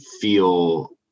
feel